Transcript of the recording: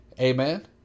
amen